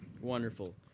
Wonderful